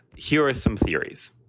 here are some theories.